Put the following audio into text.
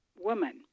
woman